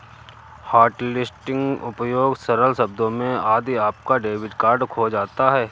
hotlisting उपयोग सरल शब्दों में यदि आपका डेबिट कार्ड खो जाता है